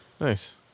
Nice